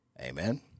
Amen